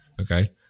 Okay